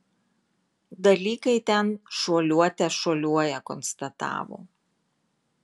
dalykai ten šuoliuote šuoliuoja konstatavo